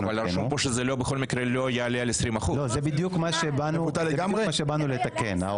אבל רשום שזה בכל מקרה לא יעלה על 20%. זה בדיוק מה שבאנו לתקן.